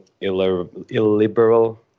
illiberal